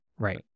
Right